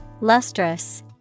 Lustrous